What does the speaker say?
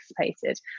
anticipated